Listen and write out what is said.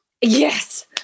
Yes